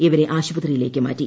ഇവരെ ആശുപത്രിയിലേക്ക് മാറ്റി